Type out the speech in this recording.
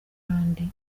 handi